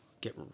get